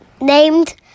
Named